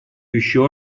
еще